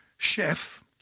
Chef